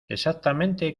exactamente